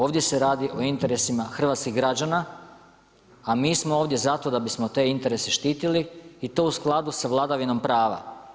Ovdje se radi o interesima hrvatskih građana, a mi smo ovdje zato da bismo te interese štitili i to u skladu sa vladavinom prava.